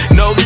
no